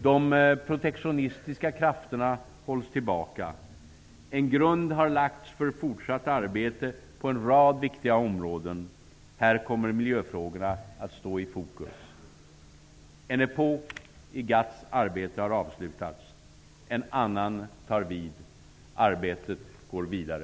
De protektionistiska krafterna hålls tillbaka. En grund har lagts för fortsatt arbete på en rad viktiga områden. Här kommer miljöfrågorna att stå i fokus. En epok i GATT:s arbete har avslutats. En annan tar vid. Arbetet går vidare.